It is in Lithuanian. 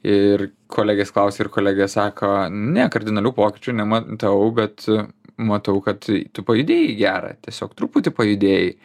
ir kolegės klausia ir kolegė sako ne kardinalių pokyčių nematau bet matau kad tu pajudėjai į gerą tiesiog truputį pajudėjai